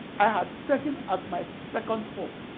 i had taken as my second home